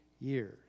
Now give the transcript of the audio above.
years